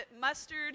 mustard